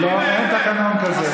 אין תקנון כזה.